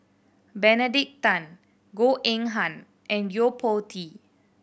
Benedict Tan Goh Eng Han and Yo Po Tee